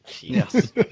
Yes